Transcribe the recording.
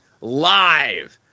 live